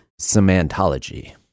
Semantology